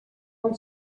pel